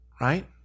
right